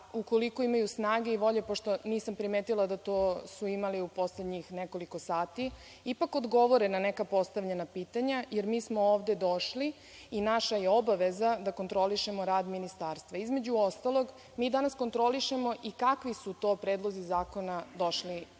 ukoliko imaju snage i volje, pošto nisam primetila da su to imali u poslednjih nekoliko sati, ipak odgovore na neka postavljena pitanja, jer mi smo ovde došli i naša je obaveza da kontrolišemo rad ministarstva. Između ostalog, mi danas kontrolišemo i kakvi su to predlozi zakona došli pred